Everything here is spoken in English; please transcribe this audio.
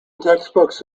textbooks